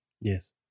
Yes